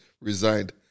resigned